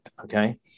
okay